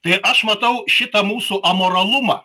tai aš matau šitą mūsų amoralumą